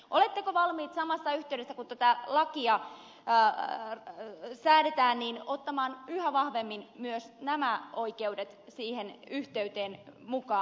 oletteko valmiit samassa yhteydessä kun tätä lakia säädetään ottamaan yhä vahvemmin myös nämä oikeudet siihen yhteyteen mukaan